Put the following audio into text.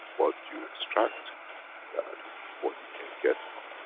what you extract that what you can get from.